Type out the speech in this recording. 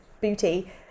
booty